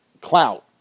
clout